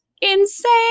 insane